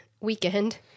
weekend